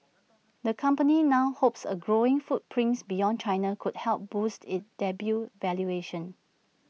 the company now hopes A growing footprint beyond China could help boost IT debut valuation